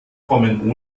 kommen